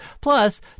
plus